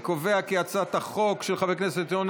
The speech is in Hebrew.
אני קובע כי הצעת החוק של חבר הכנסת ינון